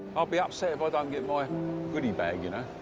i'll be upset if i don't get my goody bag, and